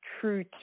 true